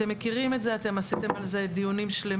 אתם מכירים את זה, עשיתם על זה דיונים שלמים.